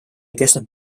kestnud